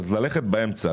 ללכת באמצע.